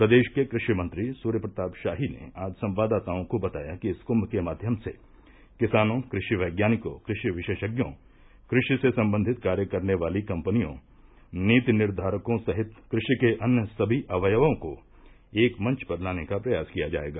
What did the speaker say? प्रदेश के कृषि मंत्री सूर्य प्रताप शाही ने आज संवाददाताओं को बताया कि इस कुम्भ के माध्यम से किसानों कृषि वैज्ञानिकों कृषि विशेषज्ञों कृषि से सम्बन्धित कार्य करने वाली कम्पनियों नीति निर्धारकों सहित कृषि के अन्य सभी अवयवों को एक मंच पर लाने का प्रयास किया जाएगा